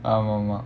ஆமா மா:aamaa maa